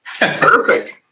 Perfect